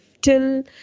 till